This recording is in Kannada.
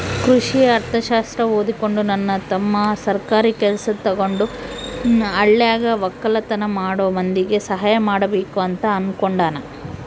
ಕೃಷಿ ಅರ್ಥಶಾಸ್ತ್ರ ಓದಿಕೊಂಡು ನನ್ನ ತಮ್ಮ ಸರ್ಕಾರಿ ಕೆಲ್ಸ ತಗಂಡು ಹಳ್ಳಿಗ ವಕ್ಕಲತನ ಮಾಡೋ ಮಂದಿಗೆ ಸಹಾಯ ಮಾಡಬಕು ಅಂತ ಅನ್ನುಕೊಂಡನ